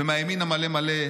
ומהימין המלא מלא,